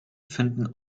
finden